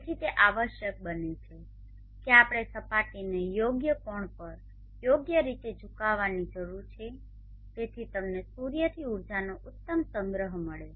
તેથી તે આવશ્યક બને છે કે આપણે સપાટીને યોગ્ય કોણ પર યોગ્ય રીતે ઝુકાવવાની જરૂર છે જેથી તમને સૂર્યથી ઉર્જાનો ઉત્તમ સંગ્રહ મળે